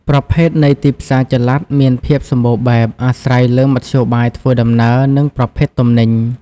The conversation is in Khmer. ប្រភេទនៃទីផ្សារចល័តមានភាពសម្បូរបែប អាស្រ័យលើមធ្យោបាយធ្វើដំណើរ និងប្រភេទទំនិញ។